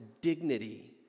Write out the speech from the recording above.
dignity